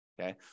okay